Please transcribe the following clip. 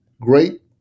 great